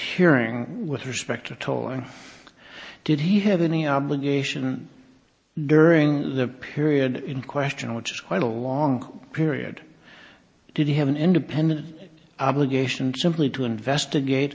hearing with respect to tolling did he have any obligation during the period in question which is quite a long period did he have an independent obligation simply to investigate